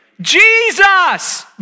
Jesus